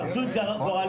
חרצו את גורלנו,